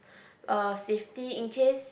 uh safety in case